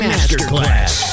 Masterclass